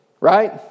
Right